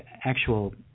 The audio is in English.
actual